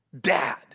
Dad